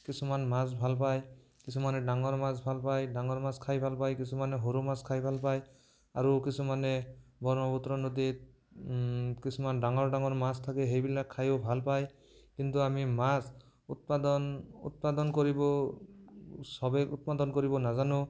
কিছুমান মাছ ভাল পায় কিছুমানে ডাঙৰ মাছ ভাল পায় ডাঙৰ মাছ খাই ভাল পায় কিছুমানে সৰু মাছ খাই ভাল পায় আৰু কিছুমানে ব্ৰহ্মপুত্ৰ নদীত কিছুমান ডাঙৰ ডাঙৰ মাছ থাকে সেইবিলাক খায়ো ভাল পায় কিন্তু আমি মাছ উৎপাদন উৎপাদন কৰিব চবে উৎপাদন কৰিব নাজানো